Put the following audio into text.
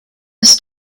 ist